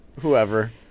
whoever